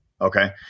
Okay